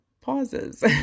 pauses